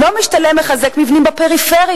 לא משתלם לחזק מבנים בפריפריה,